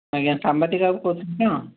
ଆଜ୍ଞା ସାମ୍ବାଦିକ ବାବୁ କହୁଛନ୍ତି ତ